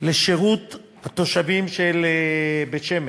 לשירות התושבים של בית-שמש.